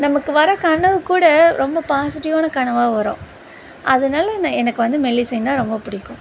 நமக்கு வர கனவு கூட ரொம்ப பாசிட்டிவான கனவாக வரும் அதனால நான் எனக்கு வந்து மெல்லிசைன்னால் ரொம்ப பிடிக்கும்